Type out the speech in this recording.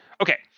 Okay